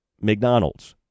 McDonald's